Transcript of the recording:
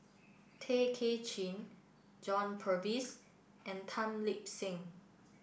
Tay Kay Chin John Purvis and Tan Lip Seng